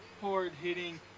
hard-hitting